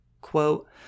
Quote